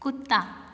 कुत्ता